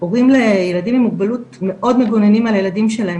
הורים לילדים עם מוגבלות מאוד מגוננים על הילדים שלהם